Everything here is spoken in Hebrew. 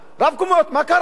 מה קרה?